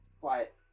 quiet